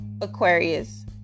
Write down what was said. Aquarius